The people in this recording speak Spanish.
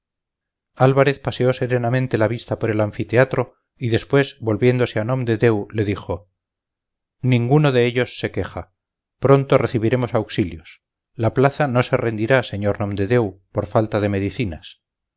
álvarez paseó serenamente la vista por el anfiteatro y después volviéndose a nomdedeu le dijo ninguno de ellos se queja pronto recibiremos auxilios la plaza no se rendirá señor nomdedeu por falta de medicinas